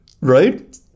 Right